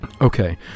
Okay